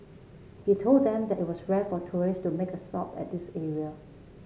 he told them that it was rare for tourist to make a stop at this area